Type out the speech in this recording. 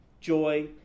joy